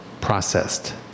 processed